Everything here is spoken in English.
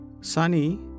Sunny